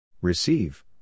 Receive